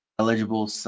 Eligible